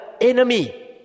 enemy